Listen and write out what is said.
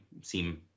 seem